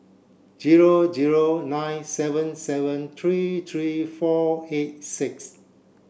zero zero nine seven seven three three four eight six